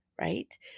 right